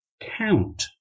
count